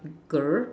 girl